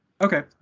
okay